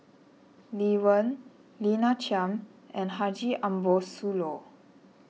Lee Wen Lina Chiam and Haji Ambo Sooloh